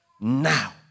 now